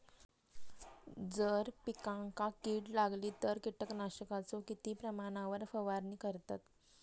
जर पिकांका कीड लागली तर कीटकनाशकाचो किती प्रमाणावर फवारणी करतत?